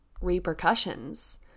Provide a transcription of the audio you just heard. repercussions